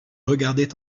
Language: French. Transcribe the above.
regardaient